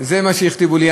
זה מה שהכתיבו לי.